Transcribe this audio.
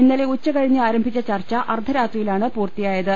ഇന്നലെ ഉച്ചക ഴിഞ്ഞ് ആരംഭിച്ച ചർച്ച അർധരാത്രിയിലാണ് പൂർത്തിയായത്